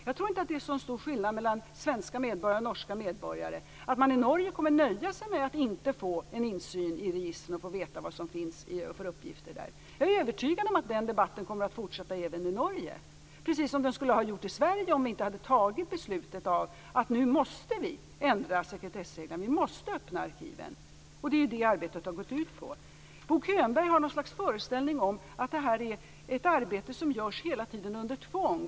Jag tror inte att det är så stor skillnad mellan svenska medborgare och norska medborgare och att man i Norge kommer att nöja sig med att inte få en insyn i registren och få veta vad det finns för uppgifter där. Jag är övertygad om att den här debatten kommer att fortsätta i Norge. Det skulle den också ha gjort i Sverige om vi inte hade fattat beslutet att vi nu måste ändra sekretessreglerna, att vi måste öppna arkiven. Det är det arbetet har gått ut på. Bo Könberg har något slags föreställning om att det här är ett arbete som hela tiden genomförs under tvång.